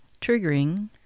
triggering